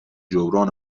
جبران